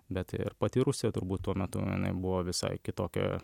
bet ir pati rusija turbūt tuo metu jinai buvo visai kitokia